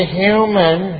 human